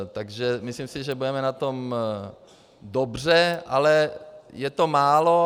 Takže myslím si, že budeme na tom dobře, ale je to málo.